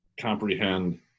comprehend